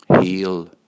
Heal